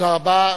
תודה רבה.